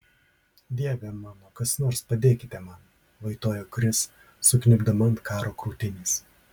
dieve mano kas nors padėkite man vaitojo kris sukniubdama ant karo krūtinės